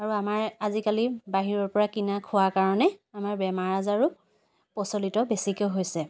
আৰু আমাৰ আজিকালি বাহিৰৰপৰা কিনা খোৱাৰ কাৰণে আমাৰ বেমাৰ আজাৰো প্ৰচলিত বেছিকৈ হৈছে